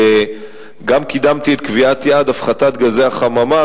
וגם קידמתי את קביעת יעד הפחתת גזי החממה